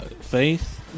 Faith